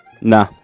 Nah